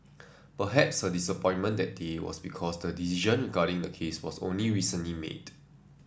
perhaps her disappointment that day was because the decision regarding the case was only recently made